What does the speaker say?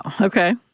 Okay